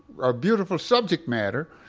ah a beautiful subject matter,